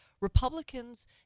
Republicans